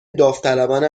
داوطلبانه